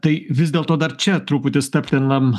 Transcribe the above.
tai vis dėlto dar čia truputį stabtelnam